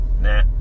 Nah